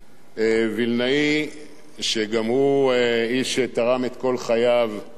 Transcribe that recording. שגם הוא איש שתרם את כל חייו לביטחון ישראל.